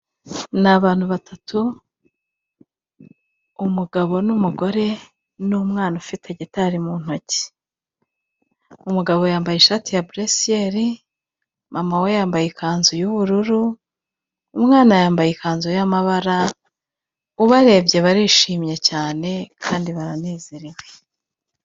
Ni abantu batatu: umugabo n'umugore n'umwana ufite gitari mu ntoki. Umugabo yambaye ishati ya buresiyeri, mama we yambaye ikanzu y'ubururu, umwana yambaye ikanzu y'amabara, ubarebye barishimye cyane, kandi baranezerewe.